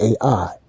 AI